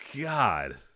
God